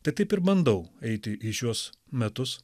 tai taip ir bandau eiti į šiuos metus